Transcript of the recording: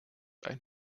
einen